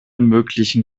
möglichen